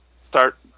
start